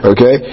Okay